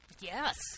Yes